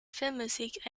filmmusik